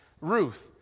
Ruth